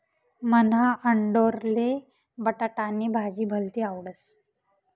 मन्हा आंडोरले बटाटानी भाजी भलती आवडस